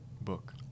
book